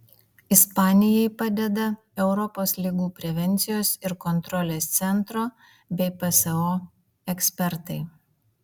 ispanijai padeda europos ligų prevencijos ir kontrolės centro bei pso ekspertai